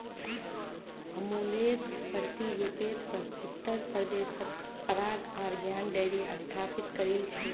अमुलेर प्रतिरुपेर पर उत्तर प्रदेशत पराग आर ज्ञान डेरी स्थापित करील छेक